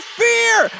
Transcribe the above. fear